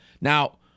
Now